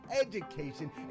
education